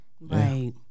Right